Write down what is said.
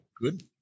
good